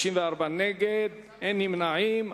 54 נגד, אין נמנעים.